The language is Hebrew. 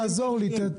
תעזור לי,